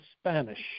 Spanish